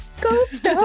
Ghost